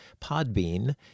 podbean